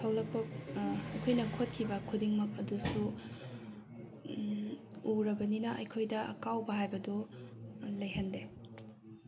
ꯊꯣꯛꯂꯛꯄ ꯑꯩꯈꯣꯏꯅ ꯈꯣꯠꯈꯤꯕ ꯈꯨꯗꯤꯡꯃꯛ ꯑꯗꯨꯁꯨ ꯎꯔꯕꯅꯤꯅ ꯑꯩꯈꯣꯏꯗ ꯑꯀꯥꯎꯕ ꯍꯥꯏꯕꯗꯨ ꯂꯩꯍꯟꯗꯦ